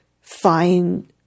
find